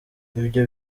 ibyo